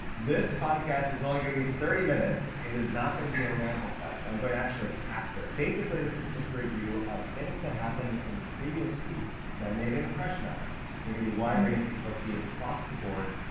this podcast is only gonna be thirty minutes. it is not gonna be a ramble fest. i'm going to actually cap this. basically this is just a review of things that happen in the previous week that made an impression on us. they're gonna be wide-ranging so it could be across the board,